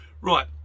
Right